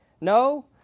No